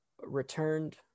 returned